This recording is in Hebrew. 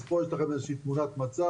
אז פה יש לכם איזושהי תמונת מצב.